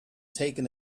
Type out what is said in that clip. taken